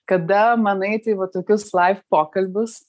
kada man eiti į va tokius laiv pokalbius